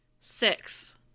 Six